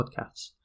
Podcasts